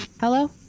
Hello